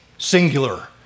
Singular